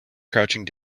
crouching